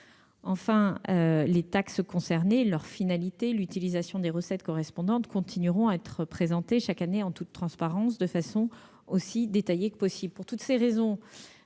Enfin, les taxes concernées, leur finalité, l'utilisation des recettes correspondantes, continueront à être présentées chaque année, en toute transparence, de façon aussi détaillée que possible.